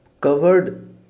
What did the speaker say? covered